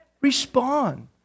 respond